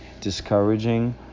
discouraging